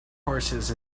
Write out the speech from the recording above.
horses